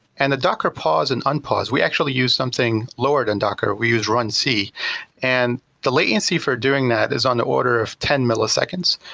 and the docker pause and unpause, we actually use something lower than docker, we use run c and the latency for doing that is on the order of ten milliseconds.